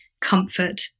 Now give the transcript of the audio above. comfort